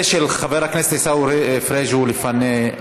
--- הפ' של חבר הכנסת עיסאווי פריג' הוא לפני הפ' שלךְ.